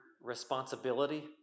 responsibility